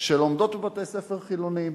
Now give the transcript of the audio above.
שלומדות בבתי-ספר חילוניים.